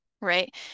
right